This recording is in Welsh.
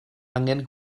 angen